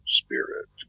spirit